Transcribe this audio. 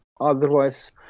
otherwise